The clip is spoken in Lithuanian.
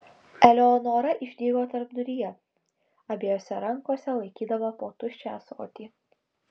eleonora išdygo tarpduryje abiejose rankose laikydama po tuščią ąsotį